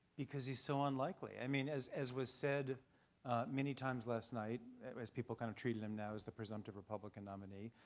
because he's so unlikely. i mean as as was said many times last night as people kind of treated him now as the presumptive republican nominee,